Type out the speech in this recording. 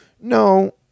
no